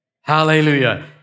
Hallelujah